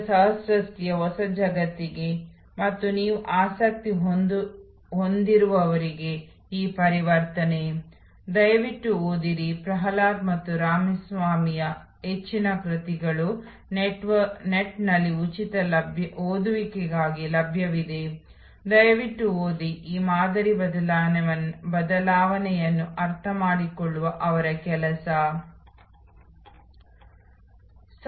ಈ ಸರಳ ರೇಖಾಚಿತ್ರವನ್ನು ವಿಸ್ತಾರವಾಗಿ ಹೇಳಬಹುದು ಇದನ್ನು ನೀವು ಈ ರೇಖಾಚಿತ್ರವನ್ನು ಮೊದಲು ನೋಡಿದ್ದೀರಿ ಇದು ರೆಸ್ಟೋರೆಂಟ್ನ ಸೇವಾ ನೀಲಿ ಮುದ್ರಣವಾಗಿದೆ